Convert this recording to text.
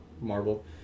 Marvel